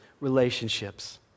relationships